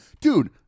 Dude